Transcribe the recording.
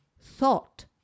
thought